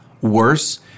worse